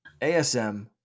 ASM